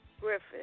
Griffin